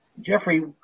jeffrey